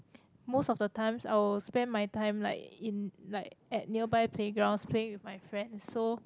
most of the times I will spend my time like in like at nearby playground playing with my friend so